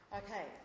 okay